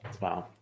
Wow